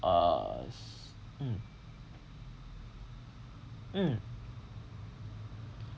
uh mm hm